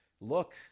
Look